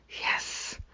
Yes